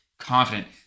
confident